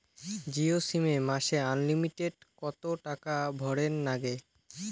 Jio sim এ মাসে unlimited কত টাকা ভরের নাগে?